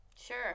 Sure